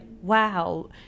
wow